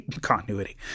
continuity